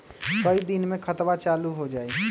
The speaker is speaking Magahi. कई दिन मे खतबा चालु हो जाई?